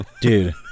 Dude